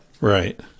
Right